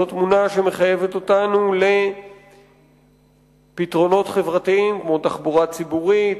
זו תמונה שמחייבת אותנו לפתרונות חברתיים כמו תחבורה ציבורית,